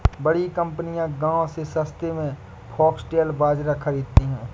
बड़ी कंपनियां गांव से सस्ते में फॉक्सटेल बाजरा खरीदती हैं